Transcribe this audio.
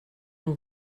nur